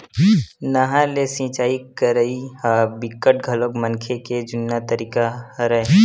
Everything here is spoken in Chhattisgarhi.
नहर ले सिचई करई ह बिकट घलोक मनखे के जुन्ना तरीका हरय